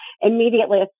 immediately